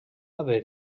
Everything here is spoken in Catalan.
haver